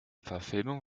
verfilmung